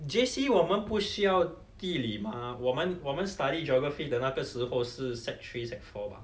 J_C 我们不需要地理 mah 我们我们 study geography 的那个时候是 sec three sec four mah